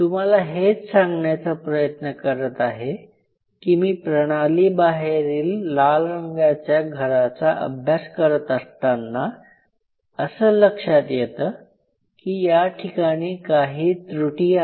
तुम्हाला हेच सांगण्याचा प्रयत्न करत आहे की मी प्रणाली बाहेरील लाल रंगाच्या घराचा अभ्यास करत असताना असं लक्षात येतं की याठिकाणी काही त्रुटी आहेत